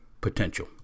potential